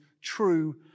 true